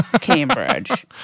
Cambridge